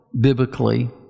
biblically